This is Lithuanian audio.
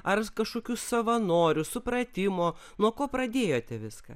ar kažkokių savanorių supratimo nuo ko pradėjote viską